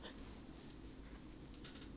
err J one point five year